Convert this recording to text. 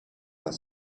pas